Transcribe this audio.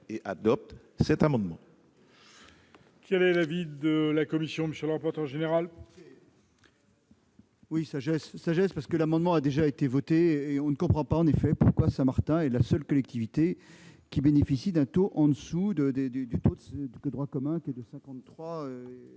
et d'adopter cet amendement.